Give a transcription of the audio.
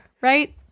Right